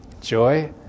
joy